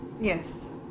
Yes